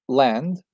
land